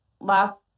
last